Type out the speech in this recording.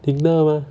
听到吗